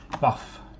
Buff